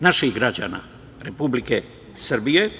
naših građana Republike Srbije.